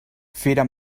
fira